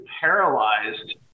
paralyzed